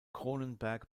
cronenberg